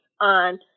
on